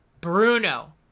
Bruno